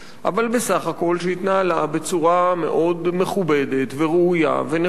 אבל שבסך הכול התנהלה בצורה מאוד מכובדת וראויה ונכונה,